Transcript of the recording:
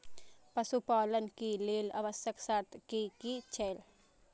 पशु पालन के लेल आवश्यक शर्त की की छै?